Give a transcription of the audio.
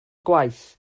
gwaith